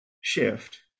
shift